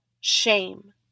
shame